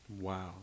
Wow